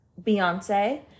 Beyonce